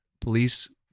police